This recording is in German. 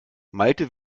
malte